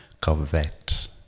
covet